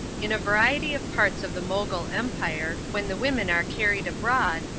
in a variety of parts of the mogul empire, when the women are carried abroad,